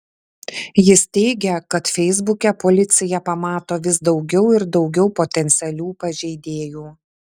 jis teigia kad feisbuke policija pamato vis daugiau ir daugiau potencialių pažeidėjų